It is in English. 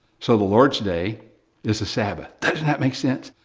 so the lord's day is the sabbath. doesn't that make sense?